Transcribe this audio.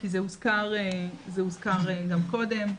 כי זה הוזכר גם קודם.